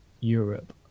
Europe